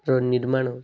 ର ନିର୍ମାଣ